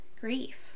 grief